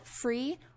free